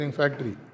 factory